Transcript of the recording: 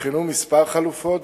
נבחנו כמה חלופות,